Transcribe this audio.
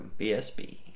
BSB